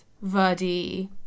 Verdi